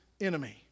enemy